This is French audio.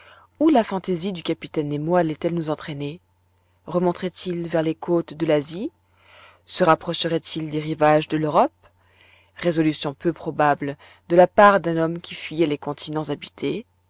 où la fantaisie du capitaine nemo allait-elle nous entraîner remontrait il vers les côtes de l'asie se rapprocherait il des rivages de l'europe résolutions peu probables de la part d'un homme qui fuyait les continents habités